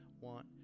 want